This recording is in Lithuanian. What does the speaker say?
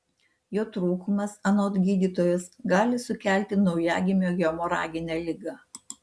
jo trūkumas anot gydytojos gali sukelti naujagimio hemoraginę ligą